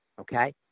okay